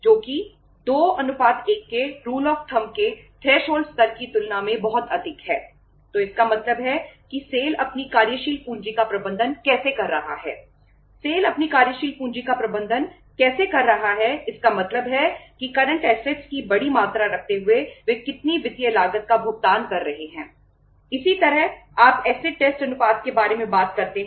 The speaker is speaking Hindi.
जो कि 2 1 के रूल आफ थंब 1 1 है